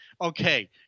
Okay